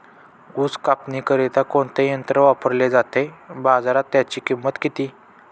ऊस कापणीकरिता कोणते यंत्र वापरले जाते? बाजारात त्याची किंमत किती?